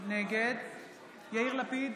נגד יאיר לפיד,